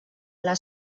les